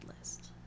list